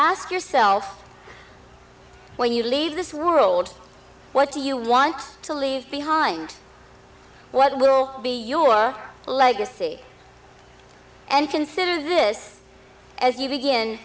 ask yourself when you leave this world what do you want to leave behind what will be your legacy and consider this as you begin